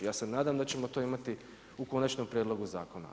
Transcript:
Ja se nadam da ćemo to imati u konačnom prijedlogu zakona.